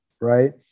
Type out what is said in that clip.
Right